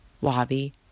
Wabi